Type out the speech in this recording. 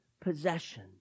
possession